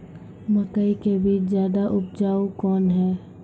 मकई के बीज ज्यादा उपजाऊ कौन है?